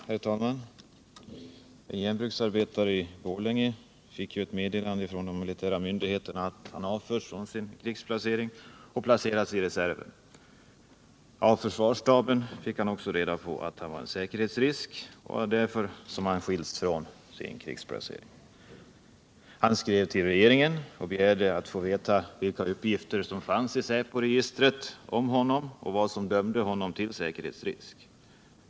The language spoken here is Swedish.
Herr talman! En järnbruksarbetare i Borlänge har alltså fått ett meddelande från de militära myndigheterna om att han avförts från sin krigsplacering och blivit placerad i reserven. Från försvarsstaben fick han också reda på att anledningen till att han skilts från sin krigsplacering var, att han var en säkerhetsrisk. Han skrev till regeringen och begärde att få veta vilka uppgifter som fanns i säporegistret om honom och vad som dömde honom till säkerhetsrisk.